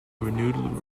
renewed